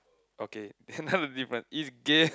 okay then then now the difference is gay